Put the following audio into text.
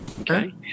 Okay